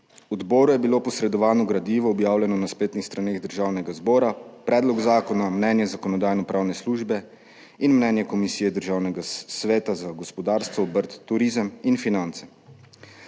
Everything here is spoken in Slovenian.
Odboru je bilo posredovano gradivo, objavljeno na spletnih straneh Državnega zbora, predlog zakona, mnenje Zakonodajno-pravne službe in mnenje Komisije Državnega sveta za gospodarstvo, obrt, turizem in finance.